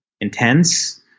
intense